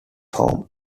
home